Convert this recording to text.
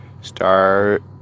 Start